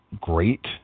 great